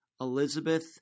Elizabeth